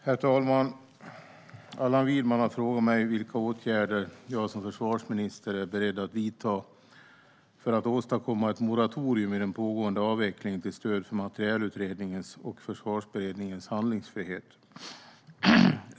Herr talman! Allan Widman har frågat mig vilka åtgärder jag som försvarsminister är beredd att vidta för att åstadkomma ett moratorium i den pågående avvecklingen till stöd för Materielutredningens och Försvarsberedningens handlingsfrihet.